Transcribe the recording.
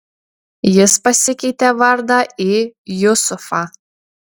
jis pasikeitė vardą į jusufą